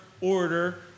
order